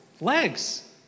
Legs